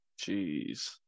jeez